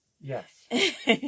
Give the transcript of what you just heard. Yes